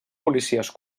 policies